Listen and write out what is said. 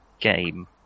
game